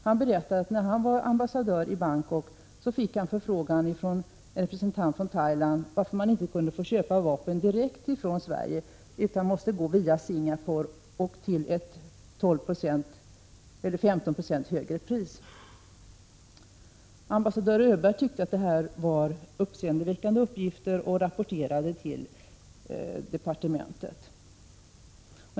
Han berättade att när han var ambassadör i Bangkok fick han en förfrågan från en representant från Thailand varför man inte kunde få köpa vapen direkt från Sverige, utan måste gå via Singapore och betala ett 15 90 högre pris. Ambassadör Öberg tyckte att detta var uppseendeväckande uppgifter och rapporterade till departementet.